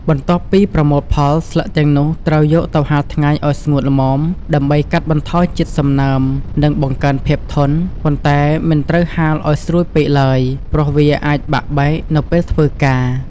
បន្ទាប់ពីប្រមូលផល ស្លឹកទាំងនោះត្រូវយកទៅ ហាលថ្ងៃឲ្យស្ងួតល្មម ដើម្បីកាត់បន្ថយជាតិសំណើម និងបង្កើនភាពធន់ ប៉ុន្តែមិនត្រូវហាលឲ្យស្រួយពេកឡើយ ព្រោះវាអាចបាក់បែកនៅពេលធ្វើការ។